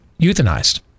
euthanized